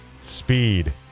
speed